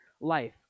life